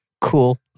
Cool